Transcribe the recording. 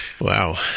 wow